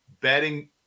betting